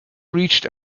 reached